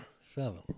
Seven